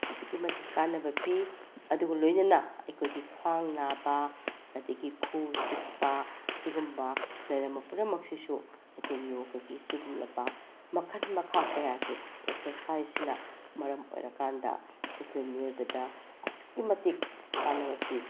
ꯑꯗꯨꯛꯀꯤ ꯃꯇꯤꯛ ꯀꯥꯟꯅꯕ ꯄꯤ ꯑꯗꯨꯒ ꯂꯣꯏꯅꯅ ꯑꯩꯈꯣꯏꯒꯤ ꯈ꯭ꯋꯥꯡ ꯅꯥꯕ ꯑꯗꯒꯤ ꯈꯨ ꯆꯤꯛꯄ ꯑꯁꯤꯒꯨꯝꯕ ꯂꯩꯔꯝꯕ ꯄꯨꯝꯅꯃꯛꯁꯤꯁꯨ ꯑꯩꯈꯣꯏꯒꯤ ꯌꯣꯒꯒꯤ ꯑꯁꯤꯒꯨꯝꯂꯕ ꯃꯈꯜ ꯃꯈꯥ ꯀꯌꯥꯒꯤ ꯑꯦꯛꯁ꯭ꯔꯁꯥꯏꯁꯁꯤꯅ ꯃꯔꯝ ꯑꯣꯏꯔꯀꯥꯟꯗ ꯑꯩꯈꯣꯏ ꯃꯤꯑꯣꯏꯕꯗ ꯑꯁꯨꯛꯀꯤ ꯃꯇꯤꯛ ꯀꯥꯟꯅꯕ ꯄꯤ